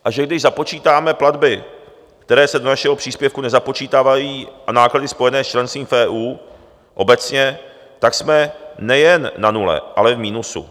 A že když započítáme platby, které se do našeho příspěvku nezapočítávají, a náklady spojené s členstvím v EU obecně, tak jsme nejen na nule, ale v minusu.